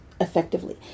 effectively